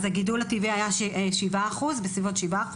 אז הגידול הטבעי היה בסביבות 7%,